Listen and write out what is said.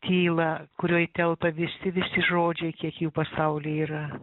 tylą kurioj telpa visi visi žodžiai kiek jų pasauly yra